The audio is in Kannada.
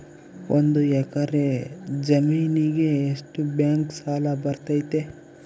ಒಂದು ಎಕರೆ ಜಮೇನಿಗೆ ಎಷ್ಟು ಬ್ಯಾಂಕ್ ಸಾಲ ಬರ್ತೈತೆ?